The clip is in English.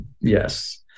Yes